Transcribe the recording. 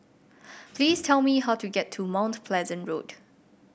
please tell me how to get to Mount Pleasant Road